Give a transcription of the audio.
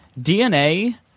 dna